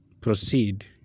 proceed